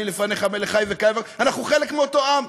לפניך מלך חי וקיים" אנחנו חלק מאותו עם.